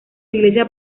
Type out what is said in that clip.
iglesia